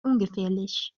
ungefährlich